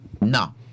No